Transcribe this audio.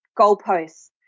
goalposts